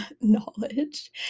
knowledge